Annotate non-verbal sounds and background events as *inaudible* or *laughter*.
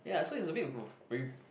ya so it's a bit *noise*